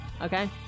okay